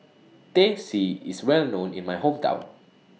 Teh C IS Well known in My Hometown